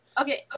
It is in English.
Okay